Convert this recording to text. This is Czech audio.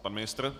Pan ministr?